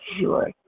sure